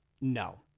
No